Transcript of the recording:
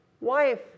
wife